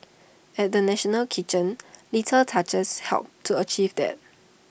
at the national kitchen little touches helped to achieve that